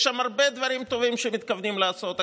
יש שם הרבה דברים טובים שמתכוונים לעשות,